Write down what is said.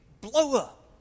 blow-up